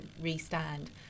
re-stand